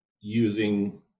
using